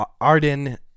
Arden